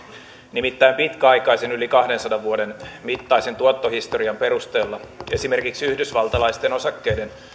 nimittäin pitkäaikaisen yli kahdensadan vuoden mittaisen tuottohistorian perusteella esimerkiksi yhdysvaltalaisten osakkeiden